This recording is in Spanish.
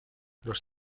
los